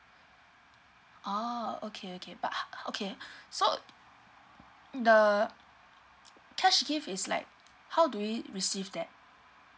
oh okay okay but uh okay so the cash gift is like how do we receive that